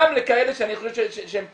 --- גם לכאלה שאני חושב שהם פושעים,